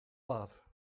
laat